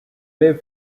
live